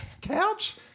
couch